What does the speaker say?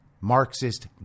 Marxist